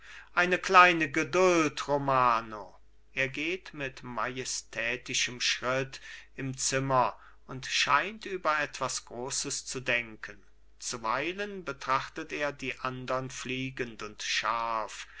eine kleine geduld romano er geht mit majestätischem schritt im zimmer und scheint über etwas großes zu denken zuweilen betrachtet er die andern fliegend und scharf